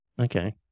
Okay